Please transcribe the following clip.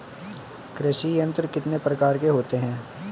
कृषि यंत्र कितने प्रकार के होते हैं?